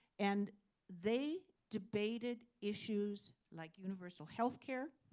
and they debated issues like universal health care,